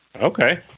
Okay